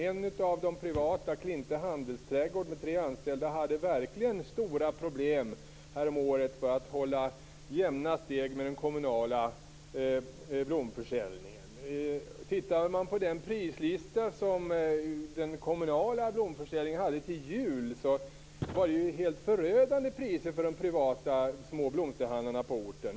En av de privata, Klinte Handelsträdgård, med tre anställda hade verkligen stora problem häromåret för att hålla jämna steg med den kommunala blomförsäljningen. Den prislista som den kommunala blomsterhandeln hade till jul visar att det var helt förödande priser för de privata små blomsterhandlarna på orten.